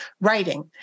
writing